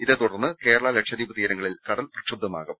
ഇതേ തുടർന്ന് കേരള ലക്ഷദ്വീപ് തീരങ്ങളിൽ കടൽ പ്രക്ഷുബ്ധമാകും